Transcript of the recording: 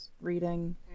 reading